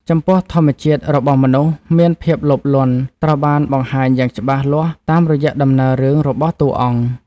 ចំពោះធម្មជាតិរបស់មនុស្សមានភាពលោភលន់ ត្រូវបានបង្ហាញយ៉ាងច្បាស់លាស់តាមរយៈដំណើររឿងរបស់តួអង្គ។